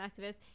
activist